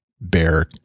bear